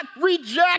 reject